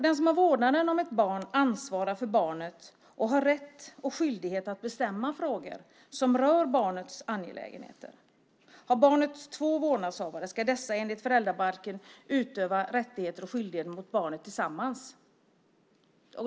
Den som har vårdnaden om ett barn ansvarar för barnet och har rätt och skyldighet att bestämma i frågor som rör barnets angelägenheter. Har barnet två vårdnadshavare ska dessa enligt föräldrabalken utöva rättigheter och skyldigheter mot barnet tillsammans.